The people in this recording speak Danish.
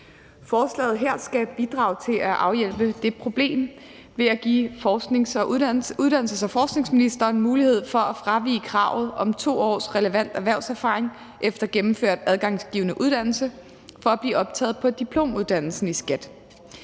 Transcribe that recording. Forslaget her skal bidrage til at afhjælpe det problem ved at give uddannelses- og forskningsministeren mulighed for at fravige kravet om 2 års relevant erhvervserfaring efter gennemført adgangsgivende uddannelse for at blive optaget på diplomuddannelsen i skat.